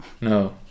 No